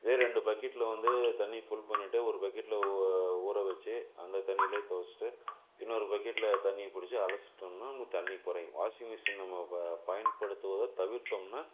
இதே ரெண்டு பக்கெட்டில் வந்து தண்ணி ஃபுல் பண்ணிட்டு ஒரு பக்கெட்டில் ஊ ஊற வெச்சு அந்த தண்ணிலேயே தொவைச்சுட்டு இன்னொரு பக்கெட்ல தண்ணியை பிடிச்சி அலசிவிட்டோம்னா நமக்கு தண்ணி குறையும் வாஷிங் மிஷின் நம்ம பயன்படுத்துவதை தவிர்த்தோம்னா